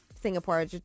Singapore